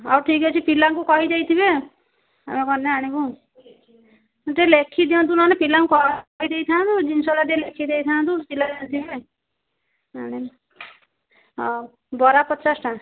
ହଉ ଠିକ୍ ଅଛି ପିଲାଙ୍କୁ କହିଦେଇ ଥିବେ ଆମେ ଗଲେ ଆଣିବୁ ଟିକେ ଲେଖିଦିଅନ୍ତୁ ନହେଲେ ପିଲାଙ୍କୁ ଦେଇଥାନ୍ତୁ ଜିନିଷଟା ଟିକେ ଲେଖି ଦେଇଥାନ୍ତୁ ପିଲା ହଉ ବରା ପଚାଶ ଟା